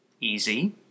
easy